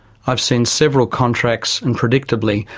i've seen several contracts and, predictably,